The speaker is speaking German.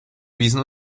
wiesen